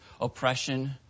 oppression